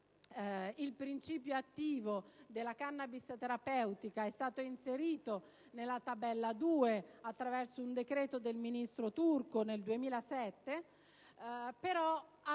il principio attivo della *cannabis* terapeutica è stato inserito nella Tabella II attraverso un decreto del ministro Turco nel 2007, anche